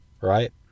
right